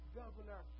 governor